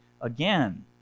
Again